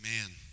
Amen